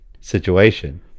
situation